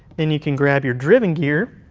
then you can grab your driven gear